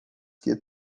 que